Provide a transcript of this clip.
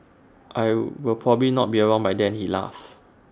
I will probably not be around by then he laughed